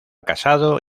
casado